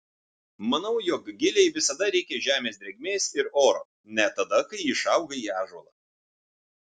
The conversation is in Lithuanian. manau jog gilei visada reikia žemės drėgmės ir oro net tada kai ji išauga į ąžuolą